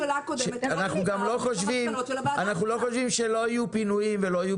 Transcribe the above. אנחנו גם לא חושבים שלא יהיו פינויים ולא יהיו